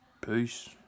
peace